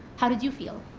how did you feel?